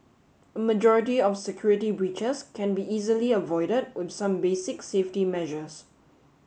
a majority of security breaches can be easily avoided with some basic safety measures